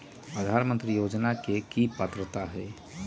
प्रधानमंत्री योजना के की की पात्रता है?